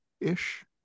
ish